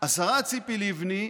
השרה ציפי לבני,